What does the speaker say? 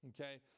okay